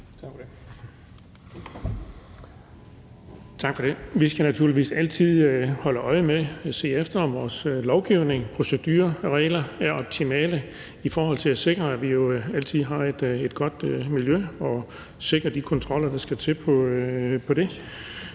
Tak for det. Vi skal naturligvis altid holde øje med og se efter, om vores lovgivning, vores procedurer og vores regler er optimale for at sikre, at vi altid har et godt miljø, og sikre de kontroller, der skal til på det